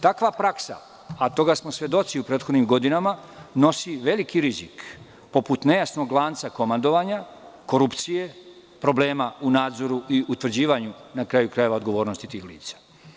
Takva praksa, a toga smo svedoci u prethodnim godinama, nosi veliki rizik poput nejasnog lanca komandovanja, korupcije, problema u nadzoru i utvrđivanju, na kraju krajeva, odgovornosti tih lica.